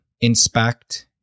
inspect